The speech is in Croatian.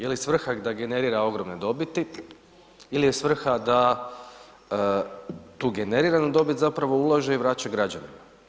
Je li svrha da generira ogromne dobiti ili je svrha da tu generiranu dobit zapravo ulaže i vraća građanima?